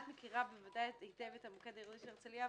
את מכירה ודאי היטב את המוקד העירוני של הרצליה,